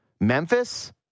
Memphis